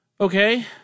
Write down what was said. Okay